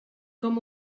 com